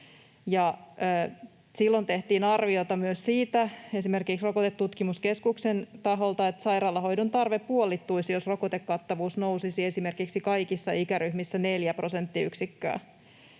silloin tehtiin arviota esimerkiksi rokotetutkimuskeskuksen taholta myös siitä, että sairaalahoidon tarve puolittuisi, jos rokotekattavuus nousisi esimerkiksi kaikissa ikäryhmissä 4 prosenttiyksikköä.